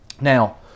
Now